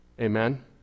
Amen